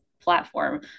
platform